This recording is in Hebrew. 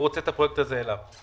והוא רוצה את הפרויקט הזה אליו.